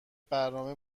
برنامه